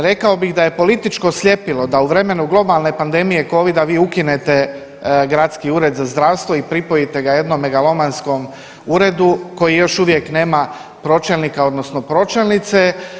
Rekao bih da je političko sljepilo da u vremenu globalne pandemije covida vi ukinete gradski Ured za zdravstvo i pripojite ga jednome megalomanskom uredu koji još uvijek nema pročelnika, odnosno pročelnice.